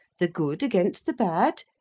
the good against the bad,